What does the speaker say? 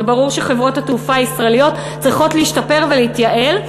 וברור שחברות התעופה הישראליות צריכות להשתפר ולהתייעל,